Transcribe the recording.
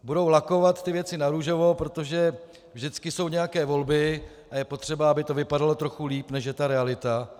Budou lakovat ty věci narůžovo, protože vždycky jsou nějaké volby a je potřeba, aby to vypadalo trochu líp, než je ta realita.